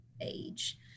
age